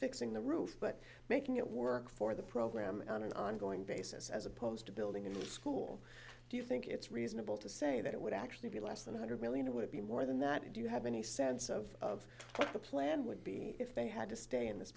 fixing the roof but making it work for the program on an ongoing basis as opposed to building a new school do you think it's reasonable to say that it would actually be less than hundred million it would be more than that if you have any sense of what the plan would be if they had to stay in this